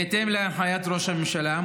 בהתאם להנחיית ראש הממשלה,